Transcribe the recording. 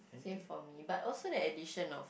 same for me but also the addition of